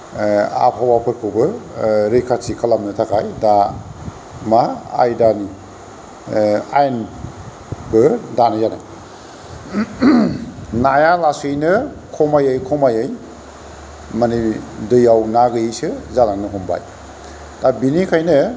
आबहावाफोरखौबो रैखाथि खालामनो थाखाय दा मा आयदानि आयेनबो दानाय जादों नाया लासैनो खमायै खमायै माने दैयाव ना गैयिसो जालांनो हमबाय दा बेनिखायनो